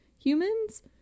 humans